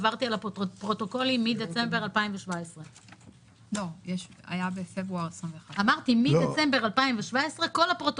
עברתי על הפרוטוקולים מדצמבר 2017. לא היה אף אישור להסטה.